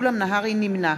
נמנע